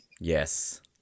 Yes